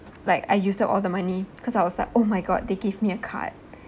like I used up all the money cause I was like oh my god they give me a card